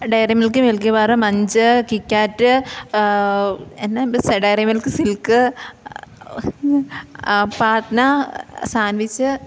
diary Milk Milky Bar Munch KitKat എന്നാ ഉണ്ട് സൈ ഡയറി മിൽക്ക് സിൽക്ക് പാറ്റ്ന സാൻഡ്വിച്ച്